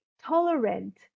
tolerant